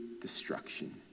destruction